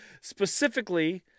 Specifically